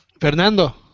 Fernando